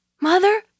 mother